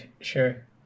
sure